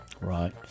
right